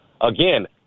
Again